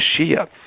Shia